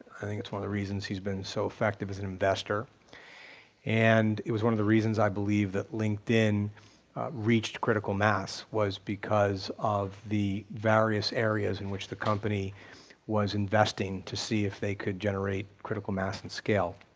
i think it's one of the reasons he's been so effective as an investor and it was one of the reasons i believe that linkedin reached critical mass was because of the various areas in which the company was investing to see if they could generate critical mass and scale.